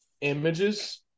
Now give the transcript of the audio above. images